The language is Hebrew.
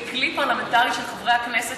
בכלי פרלמנטרי של חברי הכנסת,